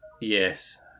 Yes